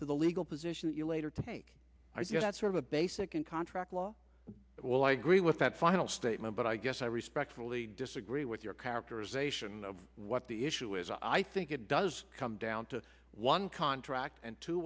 to the legal position that you later take that sort of a basic and contract law well i agree with that final statement but i guess i respectfully disagree with your characterization of what the issue is i think it does come down to one